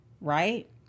right